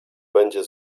będzie